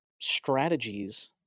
strategies